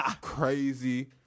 crazy